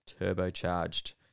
turbocharged